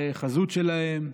החזות שלהם,